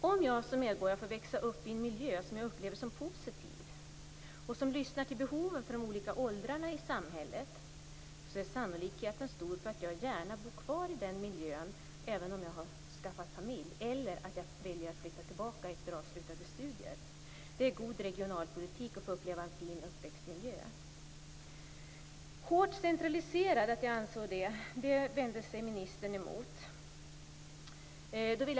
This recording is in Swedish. Om jag som medborgare får växa upp i en miljö som jag upplever som positiv och där man lyssnar till behoven från olika åldrar i samhället, är sannolikheten stor för att jag gärna bor kvar i den miljön även om jag skaffar familj eller att jag väljer att flytta tillbaka efter avslutade studier. Det är god regionalpolitik att skapa en fin uppväxtmiljö. Ministern vände sig mot att jag anser att kulturpolitiken skulle vara hårt centraliserad.